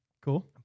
Cool